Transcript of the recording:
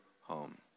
home